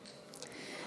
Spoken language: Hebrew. נתקבלה.